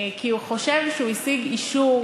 כי הוא חושב שהוא השיג אישור